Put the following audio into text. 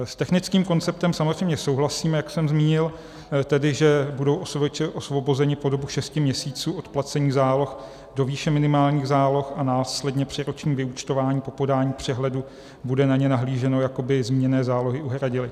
S technickým konceptem samozřejmě souhlasíme, jak jsem zmínil, tedy že budou OSVČ osvobozeny po dobu šesti měsíců od placení záloh do výše minimálních záloh, a následně při ročním vyúčtování po podání přehledu bude na ně nahlíženo, jako by zmíněné zálohy uhradily.